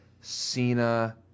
Cena